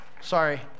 Sorry